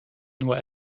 nur